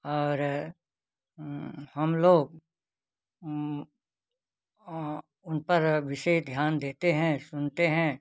और हम लोग उन पर विशेष ध्यान देते हैं सुनते हैं